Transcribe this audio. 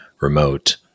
remote